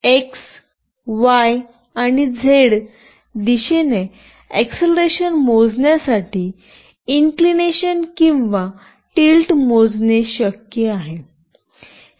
x Y आणि Z दिशेने acceleration मोजण्यासाठी इन्कलिनेशन किंवा टिल्ट मोजणे शक्य आहे